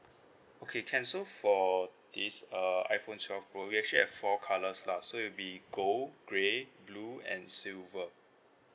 okay can so for this err iphone twelve pro we actually have four colours lah so it'll be gold grey blue and silver